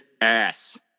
ass